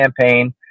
campaign